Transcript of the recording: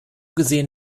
gesehen